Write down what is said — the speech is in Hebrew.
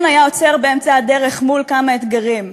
היה עוצר באמצע הדרך מול כמה אתגרים,